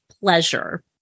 pleasure